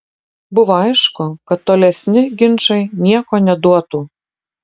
buvo aišku kad tolesni ginčai nieko neduotų